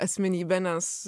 asmenybė nes